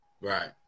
Right